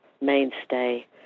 mainstay